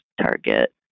target